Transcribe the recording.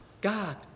God